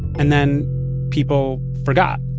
and then people forgot